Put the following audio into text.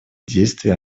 действий